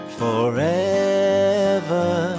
forever